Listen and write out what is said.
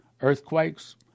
earthquakes